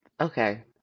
Okay